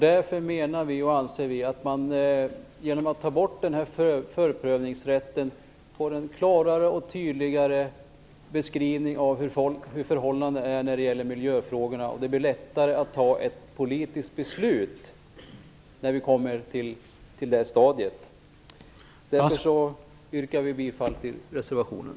Därför anser vi att man genom att ta bort förprövningsrätten får en klarare och tydligare beskrivning av hur förhållandena är när det gäller miljöfrågorna. Det blir då lättare att fatta ett politiskt beslut när vi kommer till det stadiet. Därför yrkar jag bifall till reservationen.